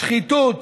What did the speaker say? שחיתות,